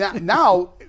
now